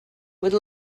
would